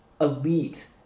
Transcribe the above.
elite